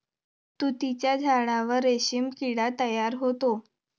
तुतीच्या झाडावर रेशीम किडा तयार होतो